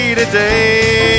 today